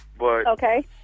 Okay